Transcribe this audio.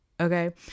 okay